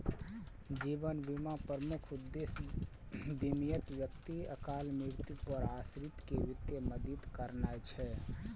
जीवन बीमाक प्रमुख उद्देश्य बीमित व्यक्तिक अकाल मृत्यु पर आश्रित कें वित्तीय मदति करनाय छै